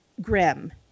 grim